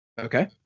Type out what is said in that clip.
Okay